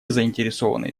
заинтересованные